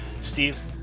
Steve